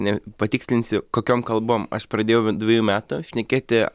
ne patikslinsiu kokiom kalbom aš pradėjau dviejų metų šnekėti